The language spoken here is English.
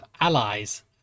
allies